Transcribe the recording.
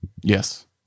Yes